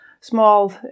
small